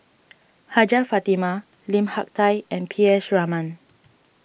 Hajjah Fatimah Lim Hak Tai and P S Raman